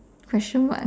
question mark